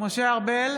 משה ארבל,